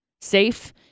safe